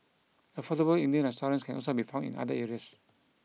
affordable Indian restaurants can also be found in other areas